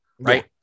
Right